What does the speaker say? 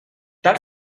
tal